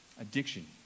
addiction